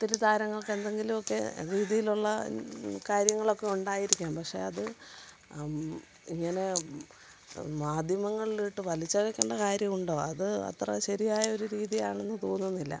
ഒത്തിരി താരങ്ങള്ക്ക് എന്തെങ്കിലുമൊക്കെ രീതിയിലുള്ള കാര്യങ്ങളൊക്കെ ഉണ്ടായിരിക്കാം പക്ഷേ അത് ഇങ്ങനെ മാധ്യമങ്ങളിൽ ഇട്ടു വലിച്ചിഴയ്ക്കേണ്ട കാര്യമുണ്ടോ അത് അത്ര ശരിയായ ഒരു രീതിയാണെന്ന് തോന്നുന്നില്ല